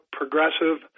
progressive